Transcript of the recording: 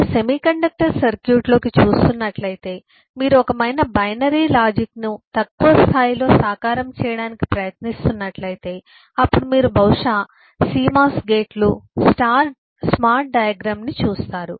మీరు సెమీకండక్టర్ సర్క్యూట్లోకి చూస్తున్నట్లయితే మీరు ఒక రకమైన బైనరీ లాజిక్ను తక్కువ స్థాయిలో సాకారం చేయడానికి ప్రయత్నిస్తున్నట్లయితే అప్పుడు మీరు బహుశా CMOS గేట్లు స్మార్ట్ డయాగ్రమ్ ని చూస్తారు